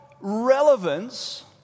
relevance